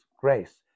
grace